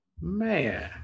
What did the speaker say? Man